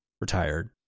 retired